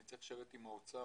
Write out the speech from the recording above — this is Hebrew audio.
אני צריך לשבת עם האוצר,